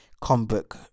comic